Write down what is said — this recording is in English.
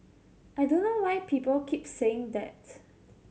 I don't know why people keep saying that